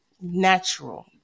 natural